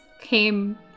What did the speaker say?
came